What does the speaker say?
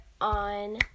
on